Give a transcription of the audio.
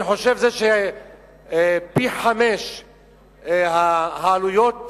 אני חושב שזה פי-חמישה, העלויות